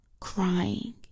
crying